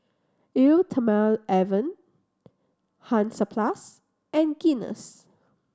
Eau Thermale Avene Hansaplast and Guinness